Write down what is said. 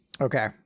okay